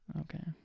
Okay